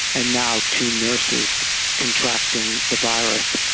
and now two nurses contracting the virus.